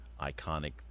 iconic